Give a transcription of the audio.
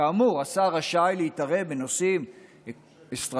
כאמור, השר רשאי להתערב בנושאים אסטרטגיים,